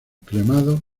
cremados